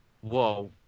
Whoa